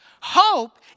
Hope